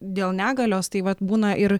dėl negalios tai vat būna ir